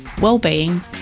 well-being